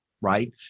right